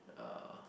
uh